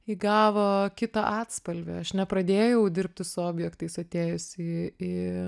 įgavo kitą atspalvį aš nepradėjau dirbti su objektais atėjus į į